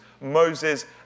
...Moses